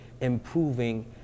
improving